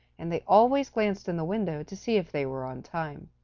and they always glanced in the window to see if they were on time.